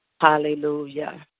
hallelujah